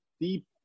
deep